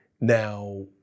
now